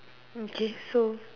okay so